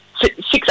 six